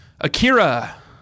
Akira